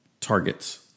targets